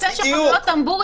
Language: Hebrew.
יש לי חברים בכנסת שחלו בקורונה,